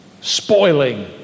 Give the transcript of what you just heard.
spoiling